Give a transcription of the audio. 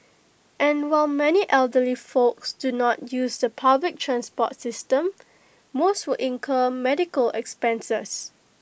and while many elderly folks do not use the public transport system most would incur medical expenses